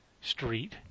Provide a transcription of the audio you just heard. street